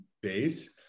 base